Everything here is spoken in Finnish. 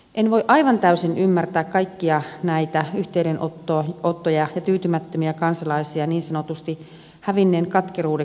en voi aivan täysin ymmärtää kaikkia näitä yhteydenottoja ja tyytymättömiä kansalaisia niin sanotusti hävinneen katkeruudeksi